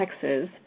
Texas